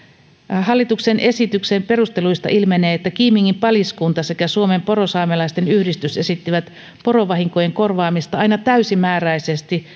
hallituksen esityksen perusteluista ilmenee että kiimingin paliskunta sekä suomen porosaamelaisten yhdistys esittivät porovahinkojen korvaamista aina täysimääräisesti